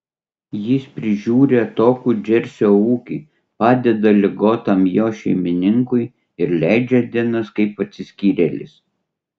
jis prižiūri atokų džersio ūkį padeda ligotam jo šeimininkui ir leidžia dienas kaip atsiskyrėlis